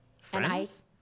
Friends